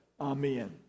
Amen